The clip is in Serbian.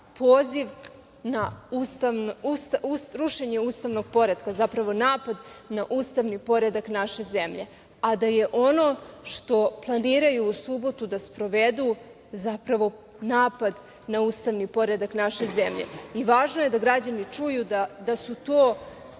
poziv na rušenje ustavnog poretka, zapravo napad na ustavni poredak naše zemlje, a da je ono što planiraju u subotu da sprovedu napad na ustavni poredak naše zemlje i važno je da građani čuju da su to